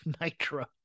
Nitro